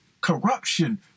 corruption